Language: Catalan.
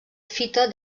fita